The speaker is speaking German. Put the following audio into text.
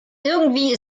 irgendwie